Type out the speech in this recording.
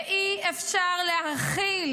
ואי-אפשר להכיל